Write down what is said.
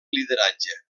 lideratge